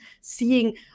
seeing